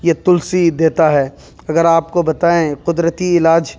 یہ تلسی دیتا ہے اگر آپ کو بتائیں قدرتی علاج